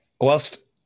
whilst